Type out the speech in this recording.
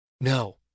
No